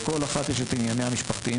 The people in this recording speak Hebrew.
לכל אחת יש את ענייניה האישיים והמשפחתיים